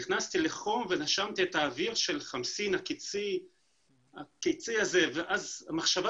נכנסתי לחום ונשמתי את האוויר של חמסין קייצי ואז מחשבה